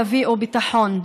כל אלה לא יביאו ביטחון.